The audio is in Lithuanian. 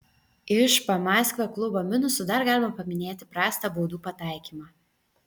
iš pamaskvio klubo minusų dar galima paminėti prastą baudų pataikymą